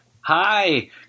Hi